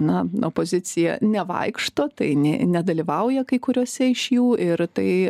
na opozicija nevaikšto tai ne nedalyvauja kai kuriuose iš jų ir tai